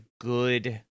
good